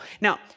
Now